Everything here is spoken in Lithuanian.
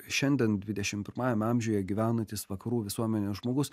šiandien dvidešim pirmajame amžiuje gyvenantis vakarų visuomenės žmogus